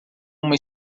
uma